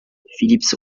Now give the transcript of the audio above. philips